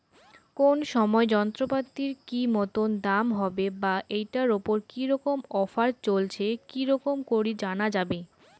কোন সময় যন্ত্রপাতির কি মতন দাম হবে বা ঐটার উপর কি রকম অফার চলছে কি রকম করি জানা যাবে?